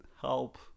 help